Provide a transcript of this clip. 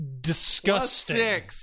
disgusting